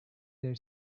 their